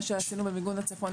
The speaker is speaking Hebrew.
מה שעשינו במיגון לצפון,